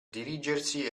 dirigersi